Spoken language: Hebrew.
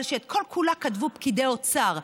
אבל שאת כל-כולה כתבו פקידי אוצר.